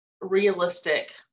realistic